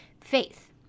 faith